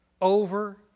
over